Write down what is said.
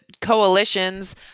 coalitions